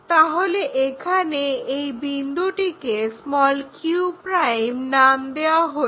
তাহলে এখানে এই বিন্দুটিকে q' নাম দেওয়া হলো